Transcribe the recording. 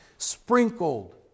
Sprinkled